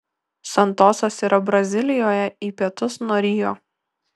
santosas yra brazilijoje į pietus nuo rio